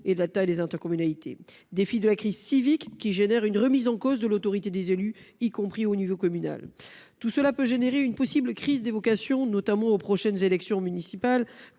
et de la taille des intercommunalités -; défi, enfin, de la crise civique, qui provoque une remise en cause de l'autorité, y compris au niveau communal. Tout cela peut engendrer une crise des vocations, notamment aux prochaines élections municipales,